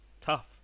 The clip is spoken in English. tough